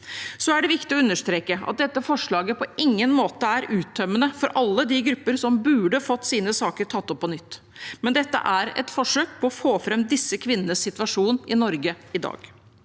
Det er viktig å understreke at dette forslaget på ingen måte er uttømmende for alle de gruppene som burde fått sine saker tatt opp på nytt, men dette er et forsøk på å få fram disse kvinnenes situasjon i Norge i dag.